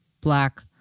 Black